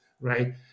right